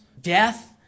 death